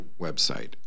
website